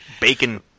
Bacon